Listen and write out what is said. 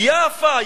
"יאפה",